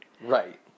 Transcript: Right